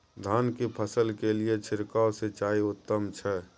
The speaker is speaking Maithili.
धान की फसल के लिये छिरकाव सिंचाई उत्तम छै?